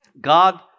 God